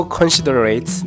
considerate